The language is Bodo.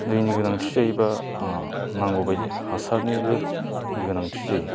दैनि गोनांथि जायोब्ला ओ नांगौबायदि हासारनिबो गोनांथि जायो